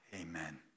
amen